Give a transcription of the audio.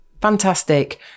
Fantastic